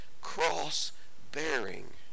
cross-bearing